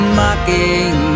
mocking